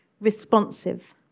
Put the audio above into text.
responsive